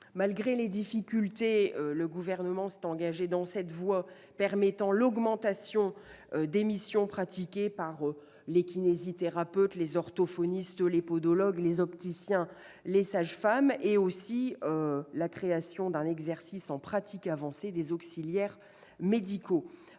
Malgré les difficultés, le Gouvernement s'est engagé dans cette voie, permettant l'augmentation des missions pratiquées par les kinésithérapeutes, les orthophonistes, les podologues, les opticiens, les sages-femmes, ainsi que la création d'un exercice en pratique avancée des auxiliaires médicaux.